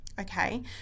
okay